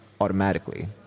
automatically